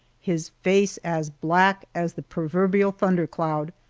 his face as black as the proverbial thundercloud,